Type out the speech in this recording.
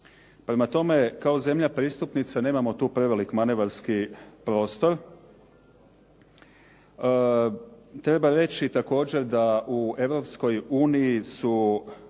Prema tome, kao zemlja pristupnica nemamo tu prevelik manevarski prostor. Treba reći također da u Europskoj